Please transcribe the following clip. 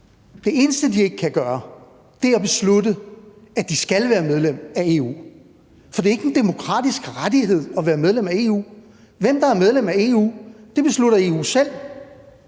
Det eneste, de ikke kan gøre, er at beslutte, at de skal være medlem af EU. For det er ikke en demokratisk rettighed at være medlem af EU. Hvem der er medlem af EU, beslutter EU selv,